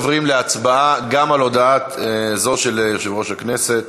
עוברים להצבעה גם על הודעה זו של יושב-ראש ועדת הכנסת.